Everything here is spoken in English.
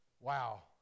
Wow